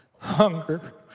hunger